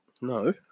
No